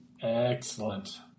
Excellent